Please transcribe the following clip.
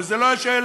אבל זו לא השאלה.